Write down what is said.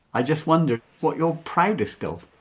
i just wonder what you're proudest of?